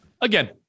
again